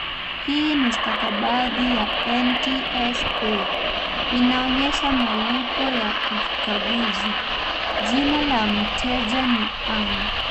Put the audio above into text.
Hii ni stakabadhi ya NTSA. Inaonyesha malipo ya ukaguzi. Jina la mteja ni Ann.